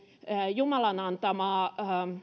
jumalan antamaa